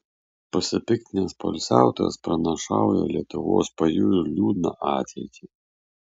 pasipiktinęs poilsiautojas pranašauja lietuvos pajūriui liūdną ateitį